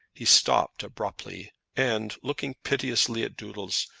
he stopped abruptly, and, looking piteously at doodles,